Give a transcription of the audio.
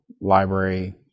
library